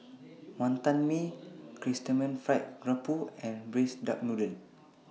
Wonton Mee Chrysanthemum Fried Garoupa and Braised Duck Noodle